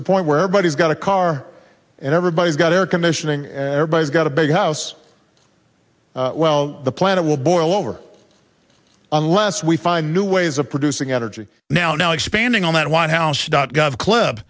the point where but he's got a car and everybody's got air conditioning everybody's got a big house well the planet will boil over unless we find new ways of producing energy now now expanding on that white house dot gov club